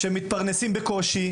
הם מתפרנסים בקושי.